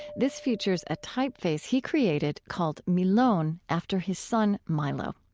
this features a typeface he created called milon, after his son, milo.